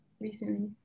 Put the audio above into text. recently